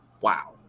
Wow